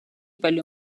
palju